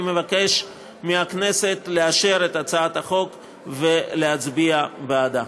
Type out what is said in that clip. אני מבקש מהכנסת לאשר את הצעת החוק ולהצביע בעדה.